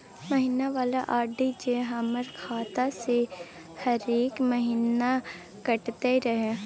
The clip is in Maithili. महीना वाला आर.डी जे हमर खाता से हरेक महीना कटैत रहे?